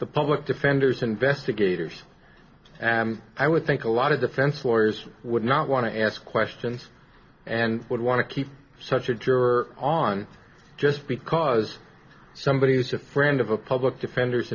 the public defender's investigators i would think a lot of defense lawyers would not want to ask questions and would want to keep such a juror on just because somebody is a friend of a public defender